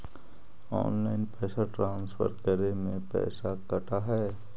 Online पैसा transfer करे में पैसा कटा है?